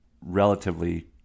relatively